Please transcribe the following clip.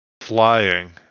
flying